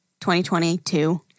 2022